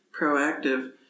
proactive